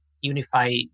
unify